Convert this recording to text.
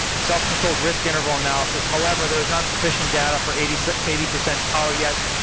self-controlled risk interval analysis, however, there's not sufficient data for eighty so eighty percent power yet,